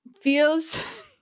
feels